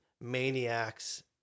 maniacs